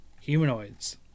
Humanoids